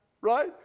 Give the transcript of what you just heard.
Right